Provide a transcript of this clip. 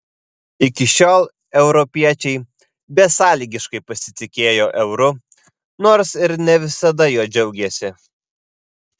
iki šiol europiečiai besąlygiškai pasitikėjo euru nors ir ne visada juo džiaugėsi